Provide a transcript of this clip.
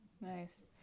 Nice